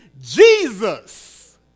Jesus